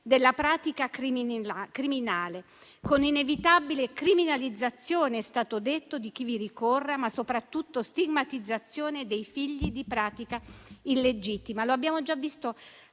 della pratica criminale, con inevitabile criminalizzazione - è stato detto - di chi vi ricorre e, in particolare, stigmatizzazione dei figli di pratica illegittima. Abbiamo già visto